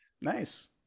Nice